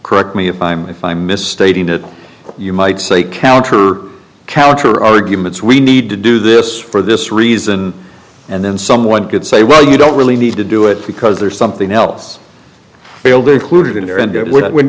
correct me if i'm if i misstating it you might say counter counter arguments we need to do this for this reason and then someone could say well you don't really need to do it because there's something else